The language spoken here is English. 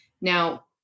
Now